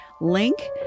link